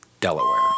Delaware